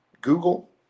Google